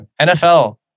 NFL